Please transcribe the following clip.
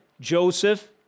Joseph